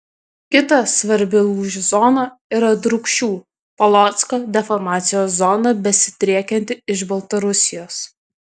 kita svarbi lūžių zona yra drūkšių polocko deformacijos zona besidriekianti iš baltarusijos